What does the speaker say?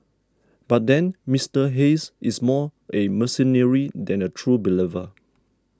but then Mister Hayes is more a mercenary than a true believer